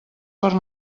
pel